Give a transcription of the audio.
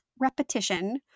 repetition